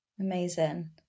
Amazing